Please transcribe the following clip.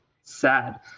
sad